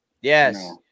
Yes